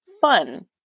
fun